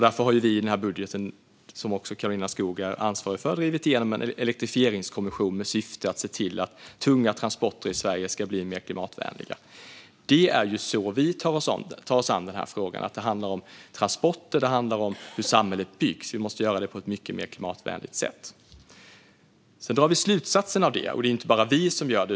Därför har vi i den här budgeten, som också Karolina Skog är ansvarig för, drivit igenom en elektrifieringskommission med syfte att se till att tunga transporter i Sverige ska bli mer klimatvänliga. Det är så vi tar oss an den här frågan: Det handlar om transporter och om hur samhällets byggs. Vi måste göra det på ett mycket mer klimatvänligt sätt. Sedan drar vi slutsatsen av det, och det är det inte bara vi som gör.